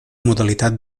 modalitat